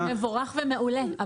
וזה מבורך ומעולה,